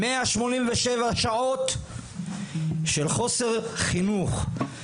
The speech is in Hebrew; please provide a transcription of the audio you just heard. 187 שעות של חוסר חינוך.